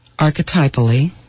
archetypally